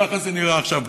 ככה זה נראה עכשיו.